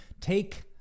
Take